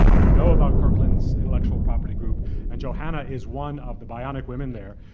you know about kirkland's intellectual property group and johanna is one of the bionic women there.